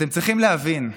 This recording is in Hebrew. אתם צריכים להבין: